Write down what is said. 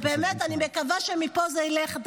באמת אני מקווה שמפה זה ילך --- נא לסיים.